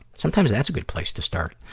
sometimes that's a good place to start.